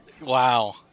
Wow